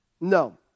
No